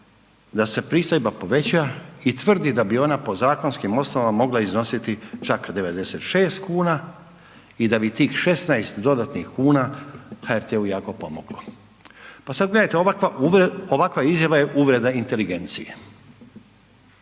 da se pristojba poveća i tvrdi da bi ona po zakonskim osnovama mogla iznositi čak 96 kuna i da bih 16 dodatnih kuna, HRT-u jako pomoglo. Pa sad gledajte, ovakva izjava je uvreda inteligencije.